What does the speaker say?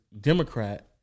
Democrat